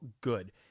good